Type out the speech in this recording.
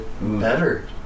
better